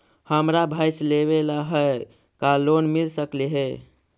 हमरा भैस लेबे ल है का लोन मिल सकले हे?